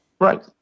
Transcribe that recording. Right